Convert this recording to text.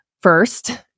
first